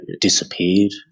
disappeared